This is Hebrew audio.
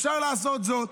אפשר לעשות זאת.